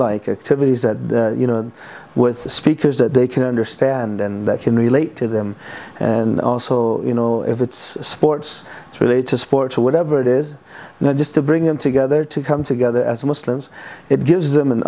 like activities that you know with speakers that they can understand and that can relate to them and also you know if it's sports related sports or whatever it is just to bring them together to come together as muslims it gives them an